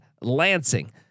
Lansing